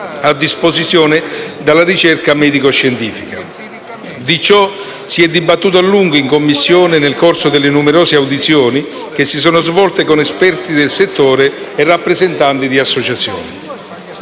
a disposizione dalla ricerca medico-scientifica. Di ciò si è dibattuto a lungo in Commissione nel corso delle numerose audizioni che si sono svolte con esperti del settore e rappresentanti di associazioni.